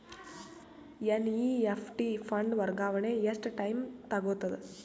NEFT fund ವರ್ಗಾವಣೆ ಎಷ್ಟ time ತೋಗೊತದ?